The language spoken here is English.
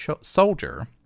soldier